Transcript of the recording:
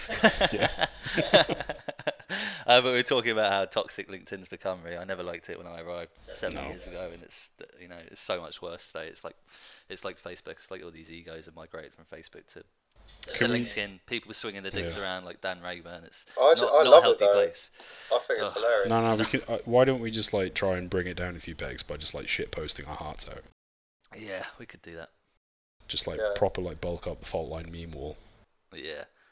Yeah. Uh, but we were talking about how toxic LinkedIn's become, really. I never liked it when I arrived seven No. years ago, and it's th- you know, it's so much worse today. It's like- it's like Facebook. It's like all these egos have migrated from Facebook to- to Can we- LinkedIn. People swinging their dicks Yeah. around like Dan Rayburn. It's I ju- not- I not a love it healthy though. place. I think it's Ugh. hilarious. No, no, we could- uh, why don't we just, like, try and bring it down a few pegs by just, like, shitposting our hearts out? Yeah, we could do that. Just, like, Yeah. proper, like, bulk up the fault line meme wall. Yeah.